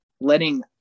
letting